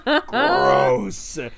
gross